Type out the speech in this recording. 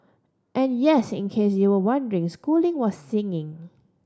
and yes in case you were wondering schooling was singing